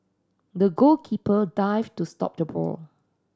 the goalkeeper dived to stop the ball